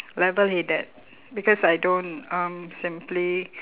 level headed because I don't um simply